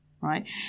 right